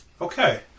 Okay